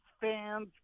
fans